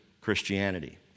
Christianity